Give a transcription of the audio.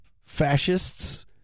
fascists